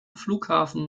flughafen